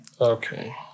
Okay